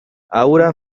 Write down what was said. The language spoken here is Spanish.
aura